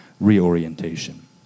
reorientation